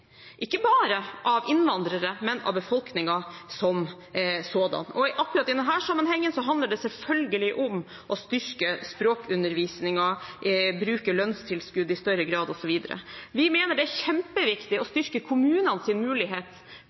ikke bare av innvandrere, men av befolkningen som sådan, og akkurat i denne sammenhengen handler det selvfølgelig om å styrke språkundervisningen, bruke lønnstilskudd i større grad osv. Vi mener det er kjempeviktig å styrke kommunenes mulighet